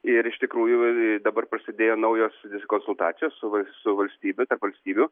ir iš tikrųjų dabar prasidėjo naujos konsultacijos su valstybe tarp valstybių